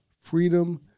Freedom